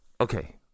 Okay